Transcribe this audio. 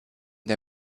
der